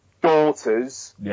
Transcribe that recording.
daughters